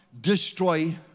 destroy